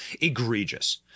egregious